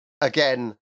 again